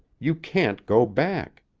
you can't go back.